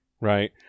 Right